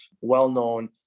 well-known